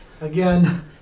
Again